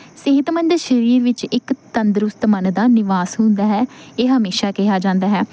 ਸਿਹਤਮੰਦ ਸਰੀਰ ਵਿੱਚ ਇੱਕ ਤੰਦਰੁਸਤ ਮਨ ਦਾ ਨਿਵਾਸ ਹੁੰਦਾ ਹੈ ਇਹ ਹਮੇਸ਼ਾਂ ਕਿਹਾ ਜਾਂਦਾ ਹੈ